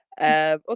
Okay